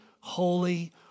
holy